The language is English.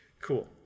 Cool